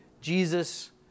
Jesus